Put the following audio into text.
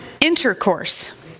intercourse